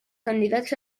candidats